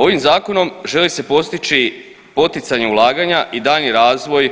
Ovim zakonom želi se postići poticanje ulaganja i daljnji razvoj